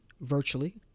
virtually